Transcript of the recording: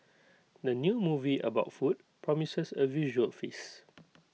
the new movie about food promises A visual feast